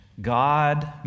God